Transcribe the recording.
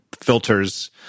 filters